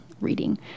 reading